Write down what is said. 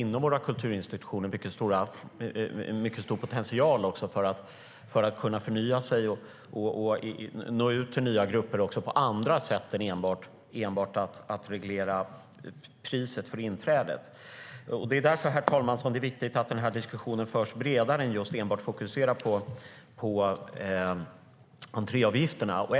Inom våra kulturinstitutioner finns det en stor potential att förnya sig och nå ut till nya grupper på andra sätt än enbart genom att reglera priset för inträdet. Det är därför, herr talman, som det är viktigt att diskussionen förs bredare än att enbart fokusera på entréavgifterna.